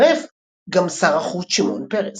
הצטרף גם שר החוץ שמעון פרס.